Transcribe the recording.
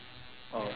oh